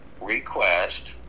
request